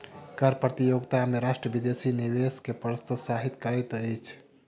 कर प्रतियोगिता में राष्ट्र विदेशी निवेश के प्रोत्साहित करैत अछि